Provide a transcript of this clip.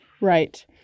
Right